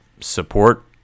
support